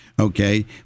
okay